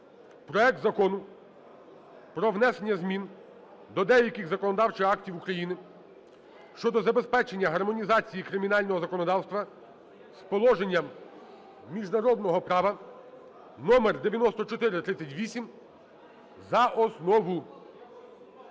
проект Закону про внесення змін до деяких законодавчих актів України щодо забезпечення гармонізації кримінального законодавства з положенням міжнародного права (№ 9438) за основу. За основу.